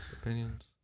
opinions